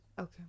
Okay